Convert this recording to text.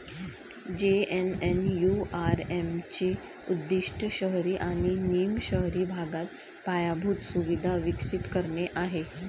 JNNURM चे उद्दीष्ट शहरी आणि निम शहरी भागात पायाभूत सुविधा विकसित करणे आहे